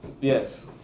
Yes